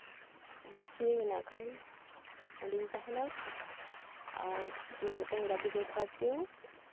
free ᱢᱮᱱᱟᱜ ᱠᱷᱟᱱ ᱚᱸᱰᱮᱧ ᱛᱟᱦᱮᱱᱟ ᱟᱨ ᱤᱧᱟᱹᱜ ᱢᱤᱫᱴᱟᱝ ᱜᱟᱹᱰᱤ ᱫᱚᱨᱠᱟᱨ ᱛᱤᱧ